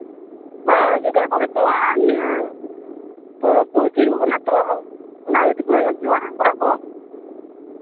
ᱦᱮᱸ ᱦᱤᱡᱩᱜ ᱜᱮᱭᱟ ᱠᱚ ᱱᱤᱛᱚᱜ ᱦᱟᱸᱜ ᱱᱤᱭᱟᱹ ᱯᱚᱨᱚᱵᱽ ᱠᱚ ᱛᱤᱭᱳᱜᱚᱜ ᱠᱟᱱᱟ ᱛᱚ ᱚᱱᱟ ᱤᱭᱟᱹᱛᱮ ᱵᱚᱞᱮ ᱱᱟᱣᱟ ᱠᱚᱲᱟ ᱠᱚ